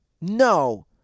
no